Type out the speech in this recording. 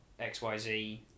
XYZ